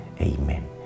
Amen